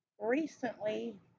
Recently